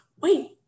wait